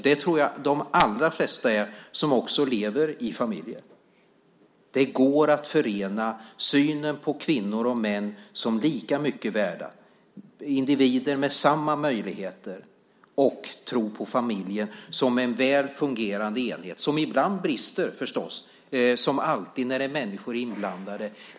Det tror jag att de allra flesta är som också lever i familjer. Det går att förena med synen på kvinnor och män som lika mycket värda. Det är individer med samma möjligheter och tro på familjen som en väl fungerande enhet. Den brister förstås ibland, som alltid när det är människor inblandade.